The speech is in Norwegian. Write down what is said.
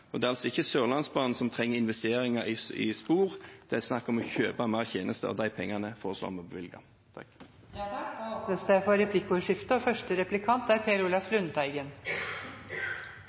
framdriften. Det er altså ikke Sørlandsbanen som trenger investeringer i spor. Det er snakk om å kjøpe mer tjenester, og de pengene foreslår vi å bevilge. Det blir replikkordskifte. Det er